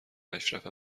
اشرف